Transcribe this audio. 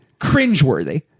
Cringeworthy